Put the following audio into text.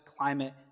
climate